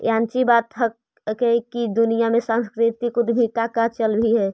याची बात हैकी दुनिया में सांस्कृतिक उद्यमीता का चल भी है